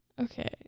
Okay